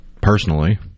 personally